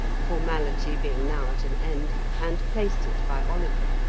formality being now at an end, and placed it by oliver.